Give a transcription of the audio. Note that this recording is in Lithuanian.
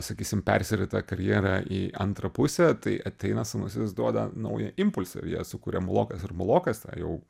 sakysim persirita karjera į antrą pusę tai ateina sūnus jis duoda naują impulsą ir jie sukuria mulokas ir mulokas ta jau